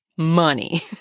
Money